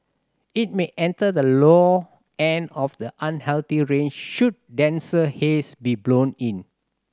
it may enter the low end of the unhealthy range should denser haze be blown in